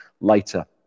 later